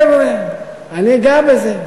חבר'ה, רגע, אני אגע בזה.